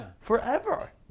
forever